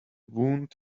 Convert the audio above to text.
wound